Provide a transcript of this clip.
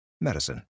medicine